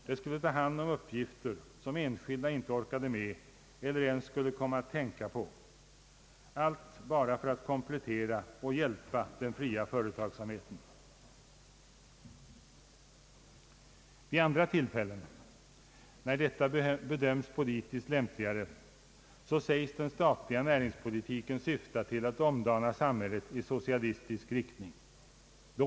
Det skulle ta hand om uppgifter som enskilda inte orkade med eller ens skulle komma att tänka på, allt bara för att komplettera och hjälpa den fria företagsamheten. Vid andra tillfällen, när detta bedöms politiskt lämpligare, sägs den statliga näringspolitiken syfta till att omdana samhället i socialistisk rikt Ang. ett statligt förvaltningsbolag m.m. ning.